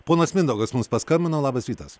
ponas mindaugas mums paskambino labas rytas